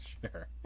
Sure